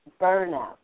burnout